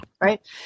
Right